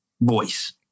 voice